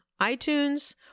iTunes